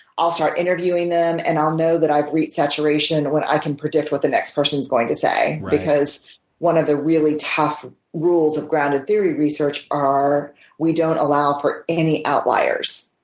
i'll start interviewing them and i'll know that i've reached saturation when i can predict what the next person's going to say. because one of the really touch rules of grounded theory research are we don't allow for any outliers